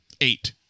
Eight